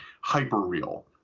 hyper-real